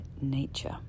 nature